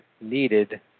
needed